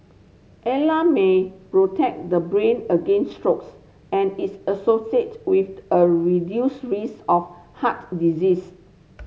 A L A protect the brain against strokes and is associated with a reduced risk of heart disease